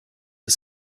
the